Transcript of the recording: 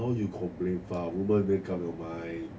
now you complain far woman make up your mind